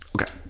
Okay